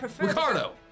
Ricardo